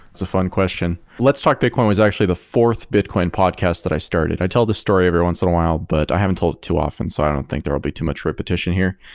it's a fun question. let's start bitcoin was actually the fourth bitcoin podcast that i started. i tell this story every once in a while, but i haven't told it too often. so i don't think there'll be too much repetition here.